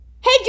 Hey